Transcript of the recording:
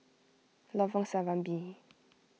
Lorong Serambi